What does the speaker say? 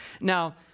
Now